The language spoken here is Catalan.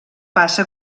passa